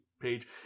page